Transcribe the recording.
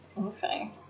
Okay